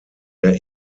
der